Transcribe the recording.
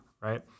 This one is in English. Right